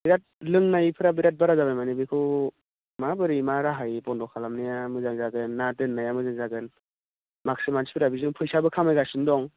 बिराद लोंनायफ्रा बिराद बारा जाबाय माने बेखौ माबोरै मा राहायै बन्द' खालामनाया मोजां जागोन्ना दोन्नाया मोजां जागोन माखासे मानसिफ्रा बेजों फैसाबो खामायगासिनो दं